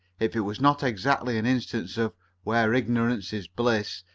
if it was not exactly an instance of where ignorance is bliss,